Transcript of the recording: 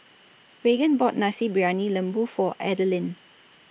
Raegan bought Nasi Briyani Lembu For Adalynn